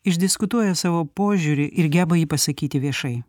išdiskutuoja savo požiūrį ir geba jį pasakyti viešai